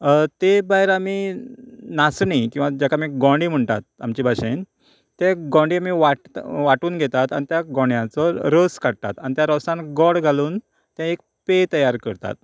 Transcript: ते भायर आमी नाचणीं किंवां ज्याका आमी गोंडे म्हणटात आमचे भाशेन तें गोंडे आमी वाट्ट वाटून घेतात आनी त्या गोंड्याचो रोस काडटात आनी त्या रोसान गोड घालून ते एक पेय तयार करतात